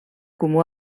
comú